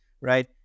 right